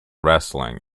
wrestling